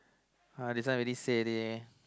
!huh! this one already say already ah